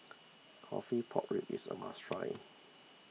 Coffee Pork Ribs is a must try